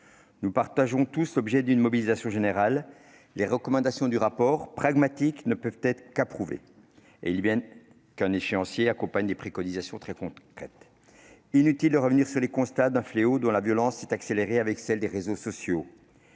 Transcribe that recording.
Nous sommes tous partisans d'une mobilisation générale. Les recommandations du rapport, pragmatiques, ne peuvent qu'être approuvées et il est bon qu'un échéancier accompagne ces préconisations très concrètes. Il est inutile de revenir sur les constats d'un fléau dont la violence s'est accentuée avec celle des réseaux sociaux.